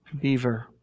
beaver